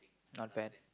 not valid